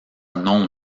non